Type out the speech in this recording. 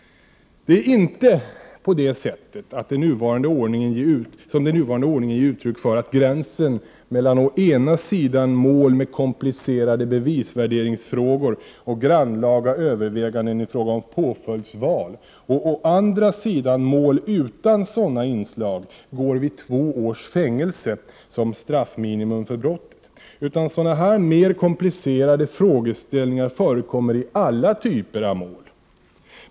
Det är inte på det sättet som den nuvarande ordningen ger uttryck för, att gränsen mellan å ena sidan mål med komplicerade bevisvärderingsfrågor och grannlaga överväganden i fråga om påföljdsval och å andra sidan mål utan sådana inslag går vid två års fängelse som straffminimum för brottet, utan sådana mer komplicerade frågeställningar förekommer i alla typer av mål.